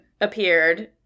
appeared